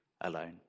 alone